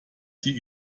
sie